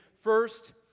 First